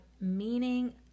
meaning